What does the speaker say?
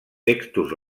textos